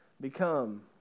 become